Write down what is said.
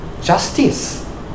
justice